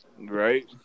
Right